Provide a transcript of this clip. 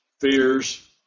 fears